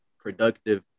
productive